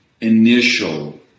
initial